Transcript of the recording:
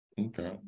Okay